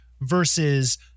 versus